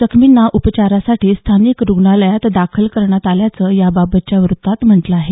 जखमींना उपचारासाठी स्थानिक रुग्णालायात दाखल करण्यात आल्याचं याबाबतच्या वृत्तात म्हटलं आहे